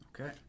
Okay